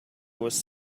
was